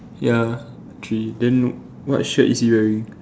ya three then what shirt is he wearing